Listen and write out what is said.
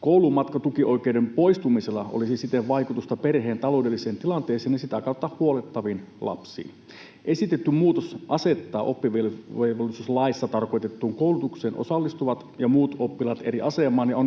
Koulumatkatukioikeuden poistumisella olisi siten vaikutusta perheen taloudelliseen tilanteeseen ja sitä kautta huollettaviin lapsiin. Esitetty muutos asettaa oppivelvollisuuslaissa tarkoitettuun koulutukseen osallistuvat ja muut oppilaat eri asemaan ja on